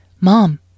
Mom